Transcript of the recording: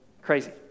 Crazy